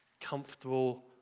comfortable